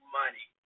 money